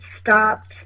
stopped